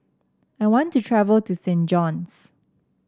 I want to travel to Saint John's